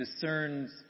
discerns